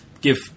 give